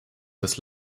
des